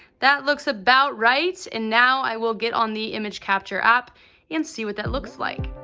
that looks about right and now i will get on the image capture app and see what that looks like.